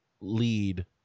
lead